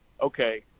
okay